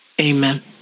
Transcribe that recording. Amen